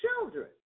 children